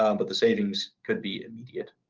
um but the savings could be immediate.